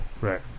Right